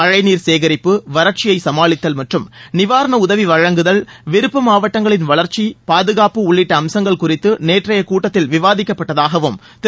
மழை நீர் சேகரிப்பு வறட்சியை சுமாளித்தல் மற்றும் நிவாரண உதவி வழங்குதல் விருப்ப மாவட்டங்களின் வளர்ச்சி பாதுகாப்பு உள்ளிட்ட அம்சங்கள் குறித்து நேற்றைய கூட்டத்தில் விவாதிக்கப்பட்டதாகவும் திரு